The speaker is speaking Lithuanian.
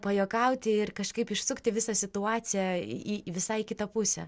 pajuokauti ir kažkaip išsukti visą situaciją į į visai kitą pusę